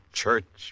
church